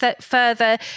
further